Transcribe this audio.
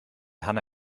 hanna